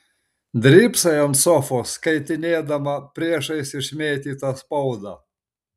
drybsai ant sofos skaitinėdama priešais išmėtytą spaudą